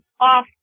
off